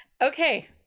Okay